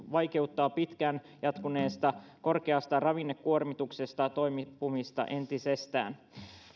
vaikeuttaa pitkään jatkuneesta korkeasta ravinnekuormituksesta toipumista entisestään